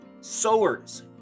sowers